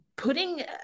putting